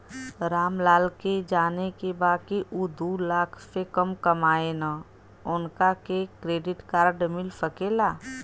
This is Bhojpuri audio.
राम लाल के जाने के बा की ऊ दूलाख से कम कमायेन उनका के क्रेडिट कार्ड मिल सके ला?